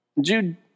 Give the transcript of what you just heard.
Jude